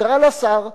תקרא לשר,